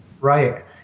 Right